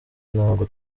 ntabwo